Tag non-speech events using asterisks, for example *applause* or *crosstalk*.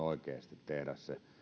*unintelligible* oikeasti tehdä se